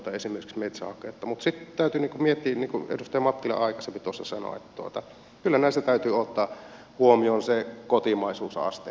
mutta sitten täytyy miettiä niin kuin edustaja mattila aikaisemmin tuossa sanoi että kyllä näissä täytyy ottaa huomioon se kotimaisuusaste työllisyysvaikutus